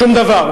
שום דבר.